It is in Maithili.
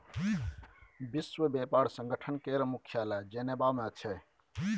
विश्व बेपार संगठन केर मुख्यालय जेनेबा मे छै